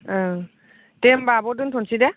ओं दे होमब्ला आब' दोनथ'नोसै दे